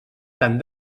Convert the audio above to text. tant